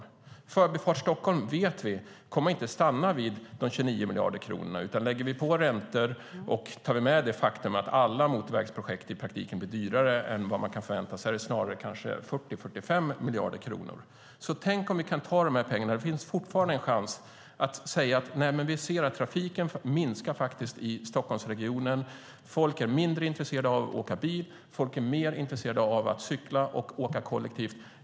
Vi vet att kostnaden för Förbifart Stockholm inte kommer att stanna vid 29 miljarder kronor. Lägger vi på räntor och tar med det faktum att alla motorvägsprojekt i praktiken blir dyrare än vad man kan förvänta sig är det snarare kanske 40-45 miljarder kronor. Tänk om vi kunde ta de pengarna! Det finns fortfarande en chans att säga: Vi ser att trafiken minskar i Stockholmsregionen. Människor är mindre intresserade av att åka bil. Människor är mer intresserade av att cykla och åka kollektivt.